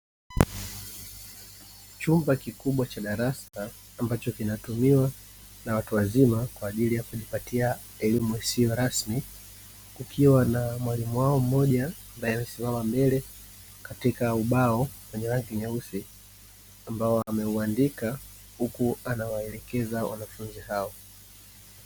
Chumba kikubwa cha darasa ambacho kinatumiwa na watu wazima kwa ajili ya kujipatia elimu isiyo rasmi, kukiwa na mwalimu wao mmoja ambaye amesimama mbele katika ubao wenye rangi nyeusi ambao ameuandika huku anawaelekeza wanafunzi hao.